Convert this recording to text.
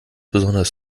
besonders